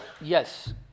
Yes